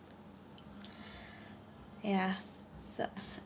ya so